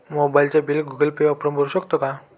मोबाइलचे bill Google Pay वापरून भरू शकतो का?